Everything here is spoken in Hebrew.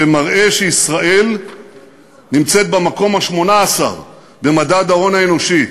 שמראה שישראל נמצאת במקום ה-18 במדד ההון האנושי.